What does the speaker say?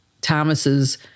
Thomas's